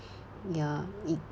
ya it